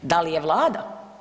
Da li je Vlada?